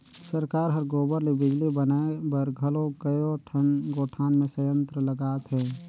सरकार हर गोबर ले बिजली बनाए बर घलो कयोठन गोठान मे संयंत्र लगात हे